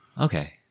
Okay